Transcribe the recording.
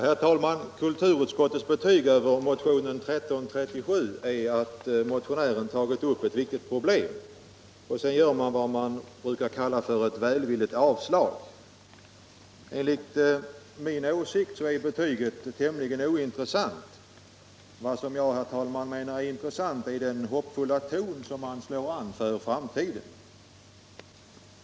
Herr talman! Kulturutskottets betyg över motionen 1337 är att motionären tagit upp ett viktigt problem. Sedan gör man vad man brukar kalla ett välvilligt avstyrkande. Enligt min åsikt är betyget tämligen ointressant. Vad jag menar är intressant är den hoppfulla ton man slår an för framtiden.